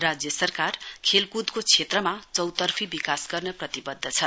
राज्य सरकार खेलकुदको क्षेत्रमा चौतर्फी बिकास गर्न प्रतिबध्द छ